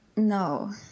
No